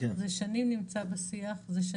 זה שנים נמצא בדיונים,